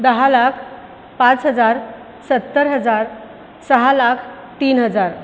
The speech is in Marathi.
दहा लाख पाच हजार सत्तर हजार सहा लाख तीन हजार